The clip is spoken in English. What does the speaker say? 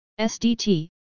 SDT